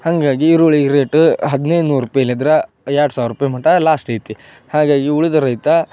ಹಾಗಾಗಿ ಈರುಳ್ಳಿ ರೇಟ ಹದಿನೈದು ನೂರು ರೂಪಾಯಿಲಿದ್ರ ಎರಡು ಸಾವಿರ ರೂಪಾಯಿ ಮಟ ಲಾಸ್ಟ್ ಐತಿ ಹಾಗಾಗಿ ಉಳಿದ ರೈತ